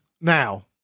Now